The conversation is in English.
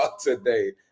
today